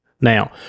Now